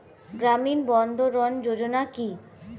গ্রামীণ বন্ধরন যোজনা কি?